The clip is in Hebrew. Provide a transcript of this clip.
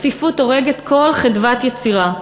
הצפיפות הורגת כל חדוות יצירה.